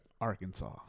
Arkansas